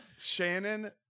Shannon